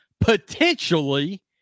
potentially